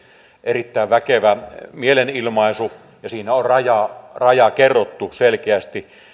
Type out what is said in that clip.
erittäin väkevä mielenilmaisu ja siinä on raja kerrottu selkeästi